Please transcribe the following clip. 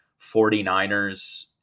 49ers